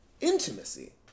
intimacy